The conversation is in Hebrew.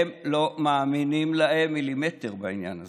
הם לא מאמינים להם במילימטר בעניין הזה.